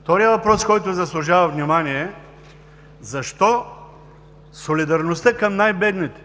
Вторият въпрос, който заслужава внимание е: защо солидарността към най-бедните,